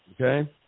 Okay